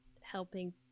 helping